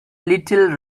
little